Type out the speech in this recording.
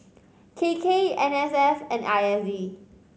K K N S F and I S D